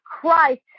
Christ